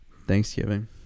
Thanksgiving